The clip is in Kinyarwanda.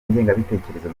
ingengabitekerezo